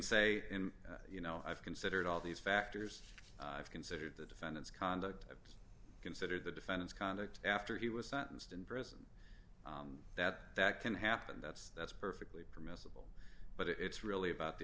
say you know i've considered all these factors i've considered the defendants conduct consider the defendant's conduct after he was sentenced in prison that can happen that's that's perfectly permissible but it's really about the